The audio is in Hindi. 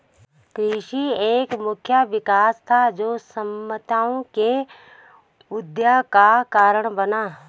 कृषि एक मुख्य विकास था, जो सभ्यताओं के उदय का कारण बना